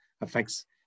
affects